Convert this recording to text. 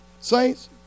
Saints